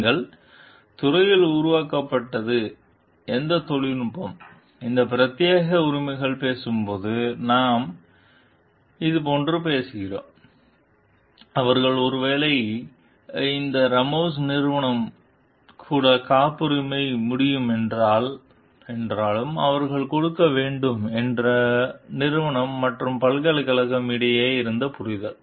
நீங்கள் துறையில் உருவாக்கப்பட்டது எந்த தொழில்நுட்பம் இந்த பிரத்யேக உரிமைகள் பேசும் போது நாம் போன்ற பேசுகிறீர்கள் அவர்கள் ஒருவேளை அவர்கள் இந்த ராமோஸ் நிறுவனம் கூட காப்புரிமை முடியும் என்றாலும் அவர்கள் கொடுக்க வேண்டும் என்று நிறுவனம் மற்றும் பல்கலைக்கழகம் இடையே இருந்த புரிதல்